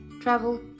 travel